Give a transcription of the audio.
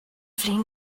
flin